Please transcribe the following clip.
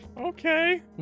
Okay